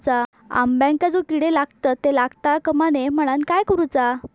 अंब्यांका जो किडे लागतत ते लागता कमा नये म्हनाण काय करूचा?